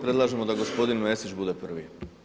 Predlažemo da gospodin Mesić bude prvi.